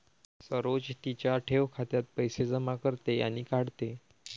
सरोज तिच्या ठेव खात्यात पैसे जमा करते आणि काढते